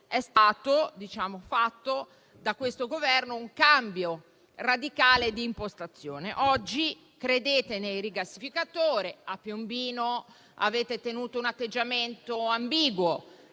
da parte di questo Governo, un cambiamento radicale di impostazione. Oggi credete nel rigassificatore, a Piombino avete tenuto un atteggiamento ambiguo,